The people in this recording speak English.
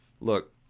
Look